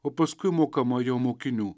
o paskui mokama jo mokinių